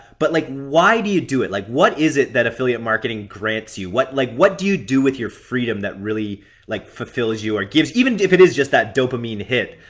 but like why do you do it? like what is it that affiliate marketing grants you? what like what do you do with your freedom that really like fulfills you or gives. even if it is just that dopamine hit.